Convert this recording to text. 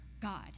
God